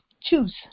Choose